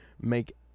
make